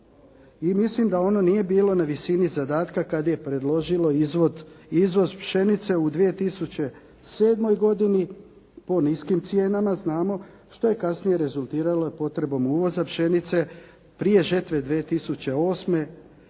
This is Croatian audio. mislim da ono nije bilo na visini zadatka kada je preložilo izvoz pšenice u 2007. godini po niskim cijenama znamo, što je kasnije rezultiralo potrebom uvoza pšenice prije žetve 2008. zbog